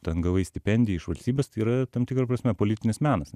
ten g avai stipendiją iš valstybės tai yra tam tikra prasme politinis menas